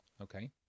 Okay